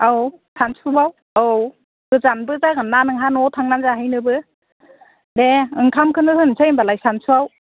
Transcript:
औ सानसुआव औ गैजानबो जागोनना नोंहा न'आव जाहैनोबो दे ओंखामखोनो होनसै हैमब्लालाय सानसुआव